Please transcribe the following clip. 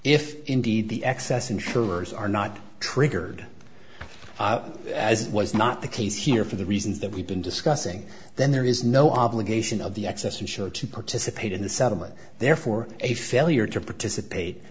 if indeed the excess insurers are not triggered as was not the case here for the reasons that we've been discussing then there is no obligation of the excess and show to participate in the settlement therefore a failure to participate